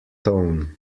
tone